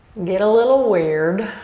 get a little weird.